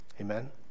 Amen